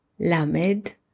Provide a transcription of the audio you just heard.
Lamed